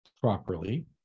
properly